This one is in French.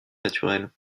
naturelle